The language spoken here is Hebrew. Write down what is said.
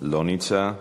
לא נמצא.